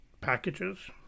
packages